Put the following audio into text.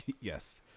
Yes